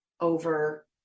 over